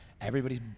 everybody's